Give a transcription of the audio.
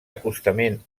acostament